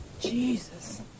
Jesus